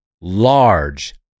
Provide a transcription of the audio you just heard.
large